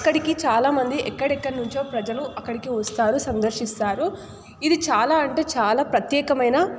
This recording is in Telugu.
అక్కడికి చాలామంది ఎక్కడెక్కడ నుంచో ప్రజలు అక్కడికి వస్తారు సందర్శిస్తారు ఇది చాలా అంటే చాలా ప్రత్యేకమైన